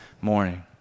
morning